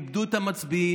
הם איבדו את המצביעים.